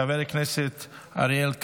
חבר הכנסת אריאל קלנר,